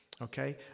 Okay